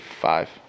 five